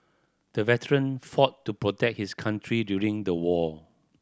the veteran fought to protect his country during the war